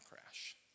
crash